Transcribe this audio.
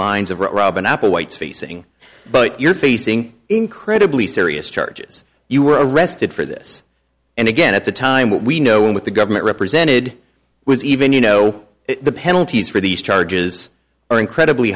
lines of robin applewhite facing but you're facing incredibly serious charges you were arrested for this and again at the time we know with the government represented was even you know the penalties for these charges are incredibly